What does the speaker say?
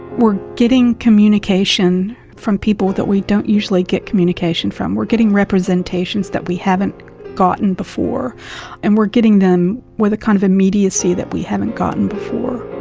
we're getting communication from people that we don't usually get communication from. we're getting representations that we haven't gotten before and we're getting them with a kind of immediacy that we haven't gotten before.